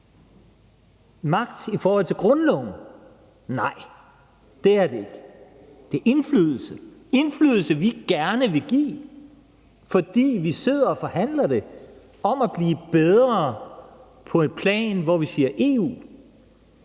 magt i forhold til grundloven? Nej, det er det ikke. Det er indflydelse; indflydelse, som vi gerne vil give, fordi vi sidder og forhandler om at blive bedre på det plan, hvor vi siger EU.